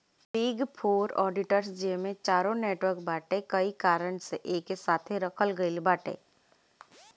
big four auditors जेमे चारो network बाटे कई कारण से एके साथे रखल गईल बाटे